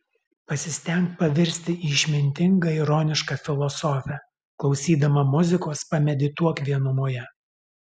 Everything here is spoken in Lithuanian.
pasistenk pavirsti į išmintingą ironišką filosofę klausydama muzikos pamedituok vienumoje